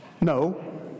No